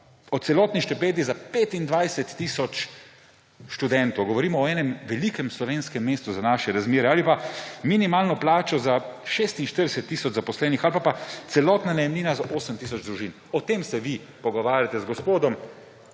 o celotni štipendiji za 25 tisoč študentov. Govorimo o enem velikem slovenskem mestu za naše razmere. Ali pa minimalna plača za 46 tisoč zaposlenih ali pa celotna najemnina za 8 tisoč družin. O tem se vi pogovarjate z gospodom,